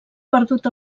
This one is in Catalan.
perdut